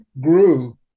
grew